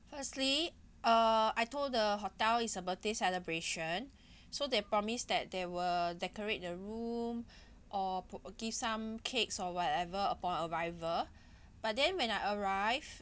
firstly uh I told the hotel is a birthday celebration so they promise that they will decorate the room or put or give some cakes or whatever upon arrival but then when I arrived